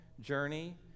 journey